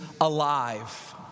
alive